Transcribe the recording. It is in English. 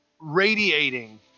radiating